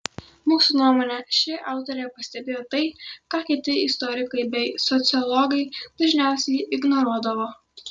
mūsų nuomone ši autorė pastebėjo tai ką kiti istorikai bei sociologai dažniausiai ignoruodavo